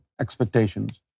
expectations